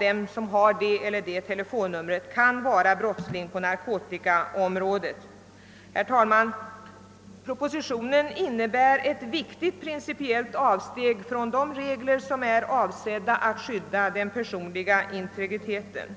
den som har ett visst telefonnummer kan vara brottsling på narkotikaområdet. Herr talman! Propositionen innebär ett viktigt principiellt avsteg från de regler som är avsedda att skydda den personliga integriteten.